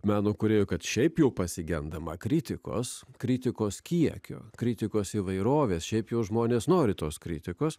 meno kūrėjų kad šiaip jau pasigendama kritikos kritikos kiekio kritikos įvairovės šiaip jos žmonės nori tos kritikos